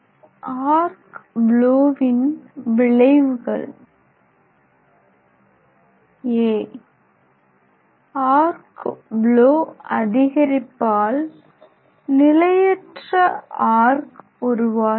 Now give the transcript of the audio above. arc ப்லோவின் விளைவுகள் a arc blow அதிகரிப்பால் நிலையற்ற ஆர்க் உருவாகிறது